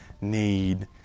need